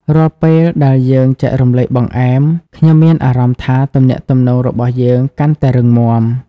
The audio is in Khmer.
រាល់ពេលដែលយើងចែករំលែកបង្អែម ខ្ញុំមានអារម្មណ៍ថាទំនាក់ទំនងរបស់យើងកាន់តែរឹងមាំ។